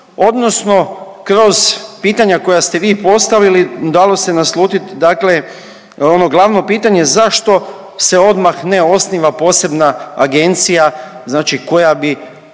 odnosno kroz pitanja koja ste vi postavili dalo se naslutit dakle ono glavno pitanje zašto se odmah ne osniva posebna agencija znači